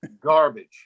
garbage